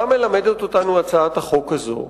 מה מלמדת אותנו הצעת החוק הזאת?